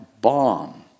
bomb